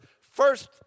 First